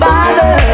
Father